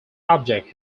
object